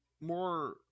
more